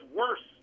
worse